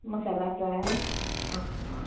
masala fry आं